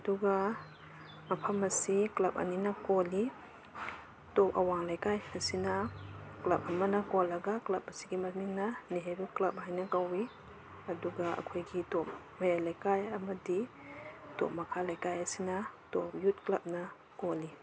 ꯑꯗꯨꯒ ꯃꯐꯝ ꯑꯁꯤ ꯀ꯭ꯂꯕ ꯑꯅꯤꯅ ꯀꯣꯜꯂꯤ ꯇꯣꯞ ꯑꯋꯥꯡ ꯂꯩꯀꯥꯏ ꯑꯁꯤꯅ ꯀ꯭ꯂꯕ ꯑꯃꯅ ꯀꯣꯜꯂꯒ ꯀ꯭ꯂꯕ ꯑꯁꯤꯒꯤ ꯃꯃꯤꯡꯅ ꯅꯦꯍꯔꯨ ꯀ꯭ꯂꯕ ꯍꯥꯏꯅ ꯀꯧꯏ ꯑꯗꯨꯒ ꯑꯩꯈꯣꯏꯒꯤ ꯇꯣꯞ ꯃꯌꯥꯝ ꯂꯩꯀꯥꯏ ꯑꯃꯗꯤ ꯇꯣꯞ ꯃꯈꯥ ꯂꯩꯀꯥꯏ ꯑꯁꯤꯅ ꯇꯣꯞ ꯌꯨꯠ ꯀ꯭ꯂꯕꯅ ꯀꯣꯜꯂꯤ